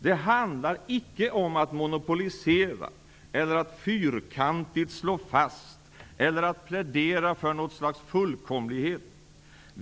Det handlar icke om att monopolisera, att fyrkantigt slå fast eller att plädera för något slags fullkomlighet.